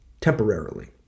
temporarily